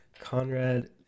Conrad